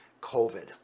COVID